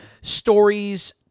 stories